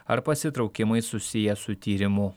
ar pasitraukimai susiję su tyrimu